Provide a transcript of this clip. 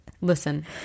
Listen